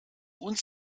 uns